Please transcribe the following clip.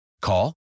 Call